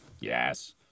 yes